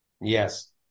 yes